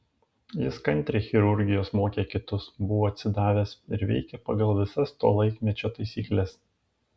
jis kantriai chirurgijos mokė kitus buvo atsidavęs ir veikė pagal visas to laikmečio taisykles